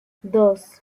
dos